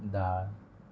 दाळ